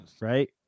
right